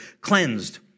cleansed